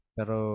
Pero